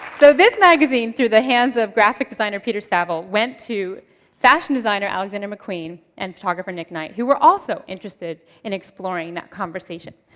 so this magazine, through the hands of graphic designer peter saville, went to fashion designer alexander mcqueen, and photographer nick knight, who were also interested in exploring that conversation.